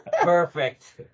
Perfect